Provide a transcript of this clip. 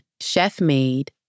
chef-made